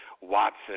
Watson